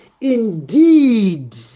Indeed